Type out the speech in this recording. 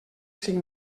cinc